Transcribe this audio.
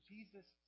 Jesus